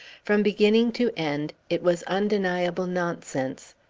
from beginning to end, it was undeniable nonsense,